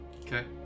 Okay